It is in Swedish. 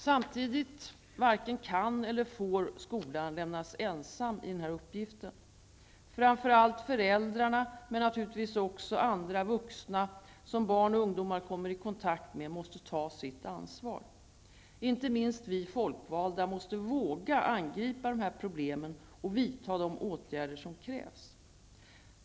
Samtidigt varken kan eller får skolan lämnas ensam i denna uppgift. Framför allt föräldrarna, men naturligtvis också andra vuxna som barn och ungdomar kommer i kontakt med, måste ta sitt ansvar. Inte minst vi folkvalda måste våga angripa dessa problem och vidta de åtgärder som krävs.